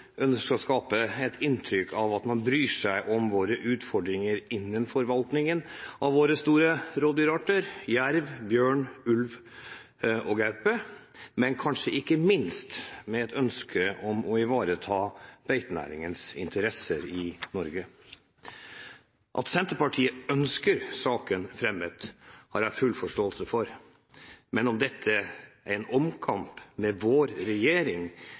ønsker å skape et inntrykk av at man bryr seg om våre utfordringer innenfor forvaltningen av våre store rovdyrarter jerv, bjørn ulv og gaupe, men kanskje ikke minst ønsker å ivareta beitenæringens interesser i Norge. At Senterpartiet ønsker saken fremmet, har jeg full forståelse for, men om dette er en omkamp med vår regjering,